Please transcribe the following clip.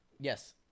Yes